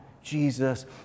Jesus